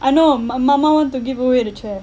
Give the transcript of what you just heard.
I know ma~ mama want to give away the chair